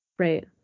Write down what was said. Right